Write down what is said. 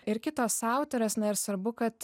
ir kitos autorės na ir svarbu kad